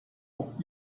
auch